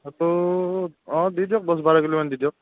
সেইটো অঁ দি দিয়ক দহ বাৰ কিলো মান দি দিয়ক